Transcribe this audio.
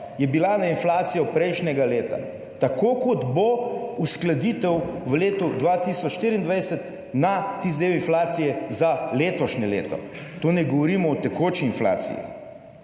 je bila na inflacijo prejšnjega leta, tako kot bo uskladitev v letu 2024 na tisti del inflacije za letošnje leto. Tu ne govorimo o tekoči inflaciji.